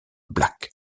black